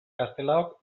castelaok